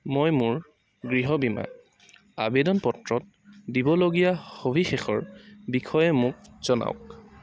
মই মোৰ গৃহ বীমা আৱেদন পত্ৰত দিবলগীয়া সবিশেষৰ বিষয়ে মোক জনাওক